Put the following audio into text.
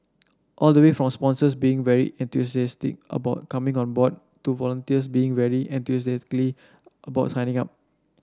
all the way from sponsors being very enthusiastic about coming on board to volunteers being very enthusiastically about signing up